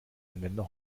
anwender